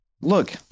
Look